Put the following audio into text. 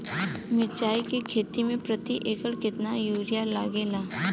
मिरचाई के खेती मे प्रति एकड़ केतना यूरिया लागे ला?